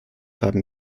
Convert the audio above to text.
haben